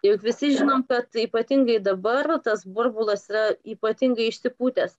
kaip visi žinom kad ypatingai dabar tas burbulas yra ypatingai išsipūtęs